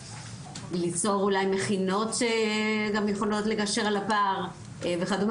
ליצור אולי מכינות שגם יכולות לגשר על הפער וכדו',